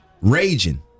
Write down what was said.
raging